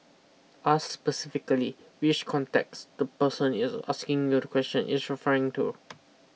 ask specifically which context the person is asking you the question is referring to